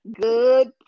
good